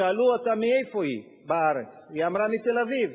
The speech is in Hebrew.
שאלו אותה מאיפה היא בארץ, היא אמרה: מתל-אביב.